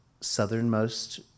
southernmost